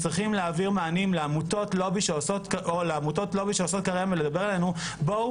או לעמותות לובי שעושות קריירה מלדבר אלינו - בואו